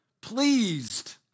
pleased